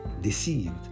deceived